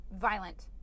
violent